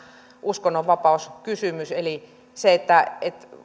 uskonnonvapauskysymys eli se että